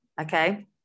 okay